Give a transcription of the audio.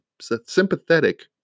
sympathetic